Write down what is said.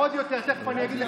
תגיד,